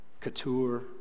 couture